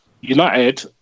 United